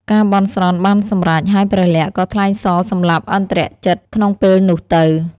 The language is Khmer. ការបន់ស្រន់បានសម្រេច ហើយព្រះលក្សណ៍ក៏ថ្លែងសរសម្លាប់ឥន្ទ្រជិតក្នុងពេលនោះទៅ។